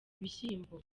ibishyimbo